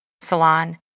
Salon